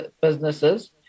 businesses